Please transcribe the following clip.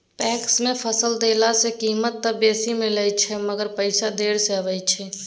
PACS मे फसल देला सॅ कीमत त बेसी मिलैत अछि मगर पैसा देर से आबय छै